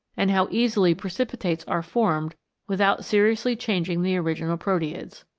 and how easily precipitates are formed without seriously changing the original proteids.